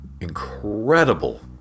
incredible